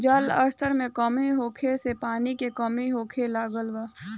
जल स्तर में कमी होखे से पानी के कमी होखे लागल बा